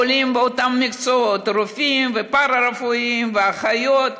עולים באותם מקצועות: רופאים ופארה-רפואיים ואחיות.